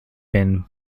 been